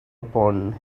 upon